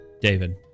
David